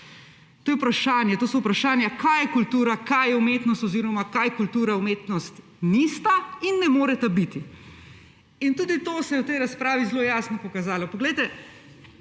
to so vprašanja, kaj je kultura, kaj je umetnost oziroma kaj kultura, umetnost nista in ne moreta biti. Tudi to se je v tej razpravi zelo jasno pokazalo.